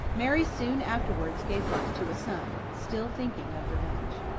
mary soon afterwards gave birth to a son still thinking of revenge.